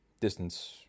Distance